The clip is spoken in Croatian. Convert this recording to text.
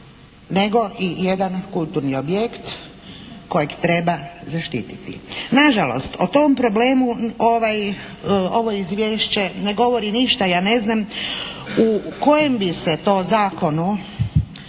nego i jedan kulturni objekt kojeg treba zaštititi. Nažalost, o tom problemu ovo izvješće ne govori ništa. Ja ne znam u kojem bi se to zakonu